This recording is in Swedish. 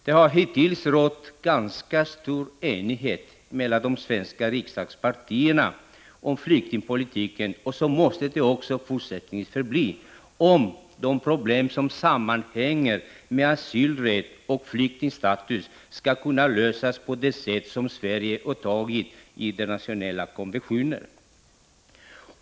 Det har hittills rått ganska stor enighet mellan de svenska riksdagspartierna om flyktingpolitiken, och så måste det också förbli, om de problem som sammanhänger med asylrätt och flyktingstatus skall kunna lösas på det sätt som Sverige åtagit sig i internationella konventioner.